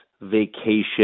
vacation